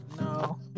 no